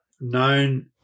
known